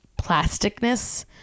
plasticness